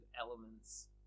elements